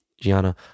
gianna